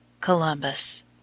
Columbus